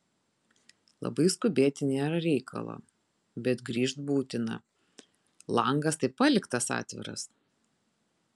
labai skubėti nėra reikalo bet grįžt būtina langas tai paliktas atviras